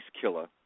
Killer